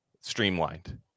streamlined